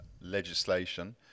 legislation